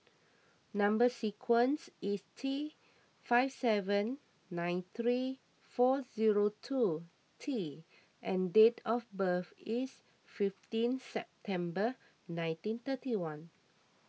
Number Sequence is T five seven nine three four zero two T and date of birth is fifteen September nineteen thirty one